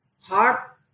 heart